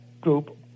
group